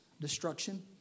destruction